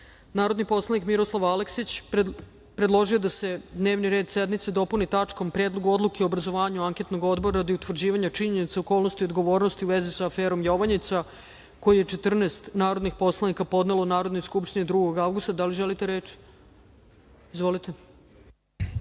predlog. Narodni poslanik Miroslav Aleksić predložio je da se dnevni red sednice dopuni tačkom – Predlog odluke o obrazovanju anketnog odbora radi utvrđivanja činjenica i okolnosti, odgovornosti u vezi sa aferom Jovanjica, koju je 14 narodnih poslanika podnelo Narodnoj skupštini 2. avgusta. Da li želite reč? (Da.)Izvolite.